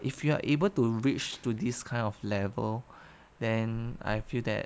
if you are able to reach to this kind of level then I feel that